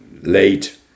late